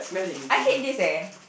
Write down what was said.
I hate this eh